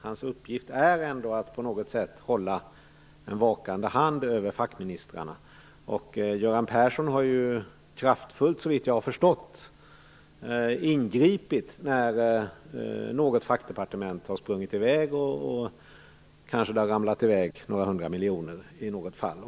Hans uppgift är ändå att på något sätt hålla ett vakande öga över fackministrarna. Göran Persson har ju, såvitt jag förstått, kraftfullt ingripit när något fackdepartement har låtit några hundra miljoner ramla i väg i något fall.